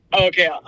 Okay